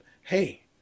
hey